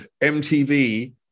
MTV